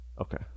okay